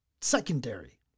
secondary